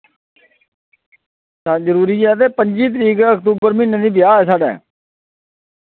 तां जरुरी ऐ ते पंजी तरीक अक्टूबर म्हीने दी ब्याह् ऐ साढ़ै